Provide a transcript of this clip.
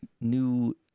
new